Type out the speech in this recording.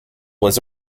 was